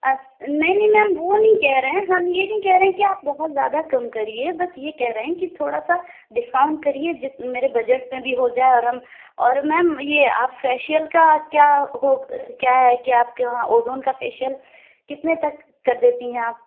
اچھا نہیں نہیں میم وہ نہیں کہہ رہے ہیں ہم یہ نہیں کہہ رہے ہیں آپ بہت زیادہ کم کریے بس یہ کہہ رہے ہیں کہ تھوڑا سا ڈسکاؤنٹ کریے جیت میرے بجٹ میں بھی ہو جائے اور ہم اور میم یہ آپ فیشیل کا کیا ہو کیا ہے کہ آپ کے وہاں اوزون کا فیشیل کتنے تک کر دیتی ہیں آپ